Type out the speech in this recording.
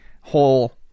whole